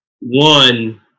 one